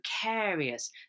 precarious